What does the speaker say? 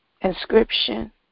inscription